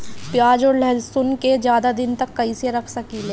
प्याज और लहसुन के ज्यादा दिन तक कइसे रख सकिले?